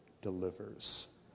delivers